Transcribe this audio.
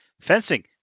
Fencing